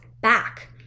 back